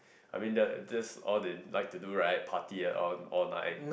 I mean that that's all they like to do right party and all all night